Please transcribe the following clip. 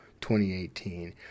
2018